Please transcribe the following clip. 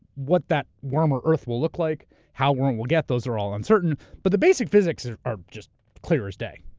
what that warmer earth will look like, how warm it will get, those are all uncertain, but the basic physics are just clear as day.